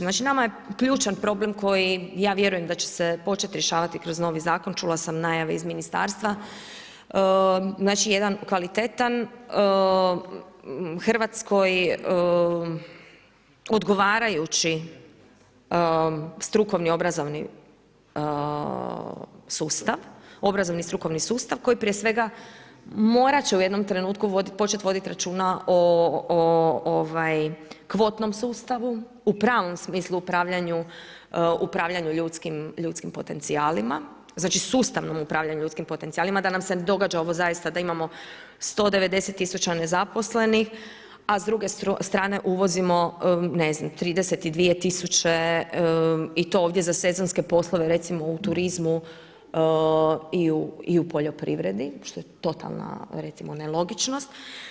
Znači nama je ključan problem koji ja vjerujem da će se početi rješavati kroz novi zakon, čula sam najave iz ministarstva, znači jedan kvalitetan Hrvatskoj odgovarajući strukovni obrazovni strukovni sustav koji prije svega morat će u jednom trenutku početi voditi računa o kvotnom sustavu, u pravom smislu upravljanju ljudskim potencijalima, znači sustavno upravljanje ljudskim potencijalima da nam se ne događa ovo zaista, da imamo 190 000 nezaposlenih a s druge strane uvozimo 32 000 i to ovdje sa sezonske poslove recimo u turizmu i u poljoprivredi što je totalna nelogičnost.